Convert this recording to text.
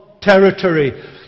territory